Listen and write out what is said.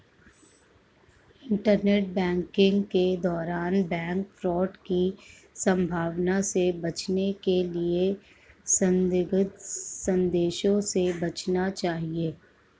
internet banking के दौरान bank fraud की संभावना से बचने के लिए संदिग्ध संदेशों से बचना चाहिए